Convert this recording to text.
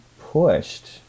pushed